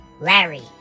Larry